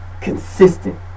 consistent